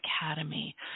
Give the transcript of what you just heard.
Academy